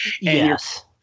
Yes